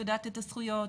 היא יודעת את הזכויות,